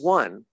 one